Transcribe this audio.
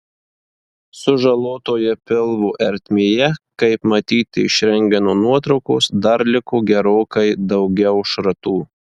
sužalotoje pilvo ertmėje kaip matyti iš rentgeno nuotraukos dar liko gerokai daugiau šratų